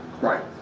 Right